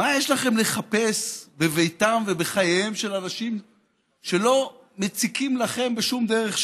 מה יש לכם לחפש בביתם ובחייהם של אנשים שלא מציקים לכם בשום דרך שהיא?